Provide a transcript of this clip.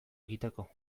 egiteko